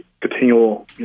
continual